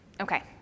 okay